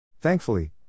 Thankfully